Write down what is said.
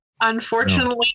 Unfortunately